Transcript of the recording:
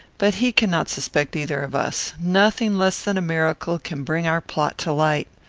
but he cannot suspect either of us. nothing less than a miracle can bring our plot to light.